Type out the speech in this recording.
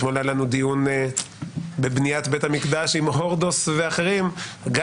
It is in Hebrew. אתמול לנו דיון בבניית בית המקדש עם הורדוס ואחרים גם